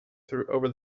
over